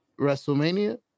WrestleMania